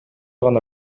гана